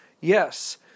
Yes